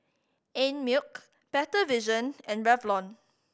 Einmilk Better Vision and Revlon